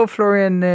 Florian